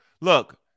Look